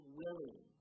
willing